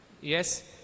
Yes